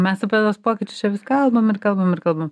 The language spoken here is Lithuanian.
mes apie tuos pokyčius čia vis kalbam ir kalbam ir kalbam